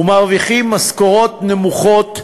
ומרוויחים משכורות נמוכות,